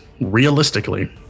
realistically